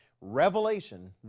Revelation